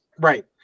Right